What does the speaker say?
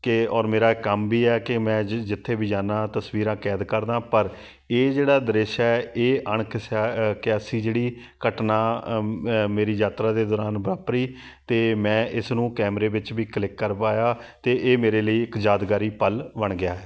ਕਿ ਔਰ ਮੇਰਾ ਕੰਮ ਵੀ ਹੈ ਕਿ ਮੈਂ ਜ ਜਿੱਥੇ ਵੀ ਜਾਂਦਾ ਤਸਵੀਰਾਂ ਕੈਦ ਕਰਦਾ ਪਰ ਇਹ ਜਿਹੜਾ ਦ੍ਰਿਸ਼ ਹੈ ਇਹ ਅਣਕਿਸ ਕਿਆਸੀ ਜਿਹੜੀ ਘਟਨਾ ਮੇਰੀ ਯਾਤਰਾ ਦੇ ਦੌਰਾਨ ਵਾਪਰੀ ਅਤੇ ਮੈਂ ਇਸ ਨੂੰ ਕੈਮਰੇ ਵਿੱਚ ਵੀ ਕਲਿੱਕ ਕਰ ਪਾਇਆ ਅਤੇ ਇਹ ਮੇਰੇ ਲਈ ਇੱਕ ਯਾਦਗਾਰੀ ਪਲ ਬਣ ਗਿਆ ਹੈ